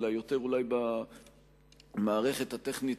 אלא יותר אולי במערכת הטכנית